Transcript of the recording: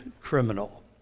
criminal